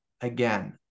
again